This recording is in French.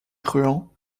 truands